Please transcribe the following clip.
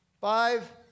Five